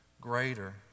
greater